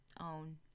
own